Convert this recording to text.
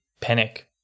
panic